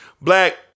Black